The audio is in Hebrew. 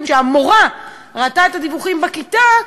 שהמורה ראתה את הדיווחים בכיתה,